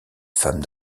femme